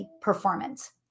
performance